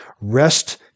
rest